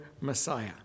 Messiah